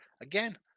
Again